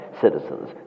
citizens